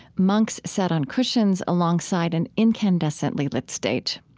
monks sat on cushions alongside an incandescently lit stage.